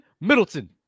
Middleton